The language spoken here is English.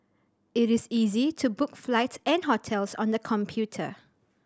it is easy to book flights and hotels on the computer